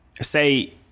say